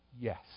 yes